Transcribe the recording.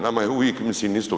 Nama je uvijek mislim isto.